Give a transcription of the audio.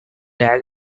tag